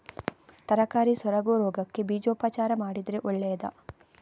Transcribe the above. ತರಕಾರಿ ಸೊರಗು ರೋಗಕ್ಕೆ ಬೀಜೋಪಚಾರ ಮಾಡಿದ್ರೆ ಒಳ್ಳೆದಾ?